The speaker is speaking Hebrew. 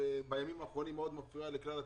שבימים האחרונים מפריעה מאוד לכלל הציבור,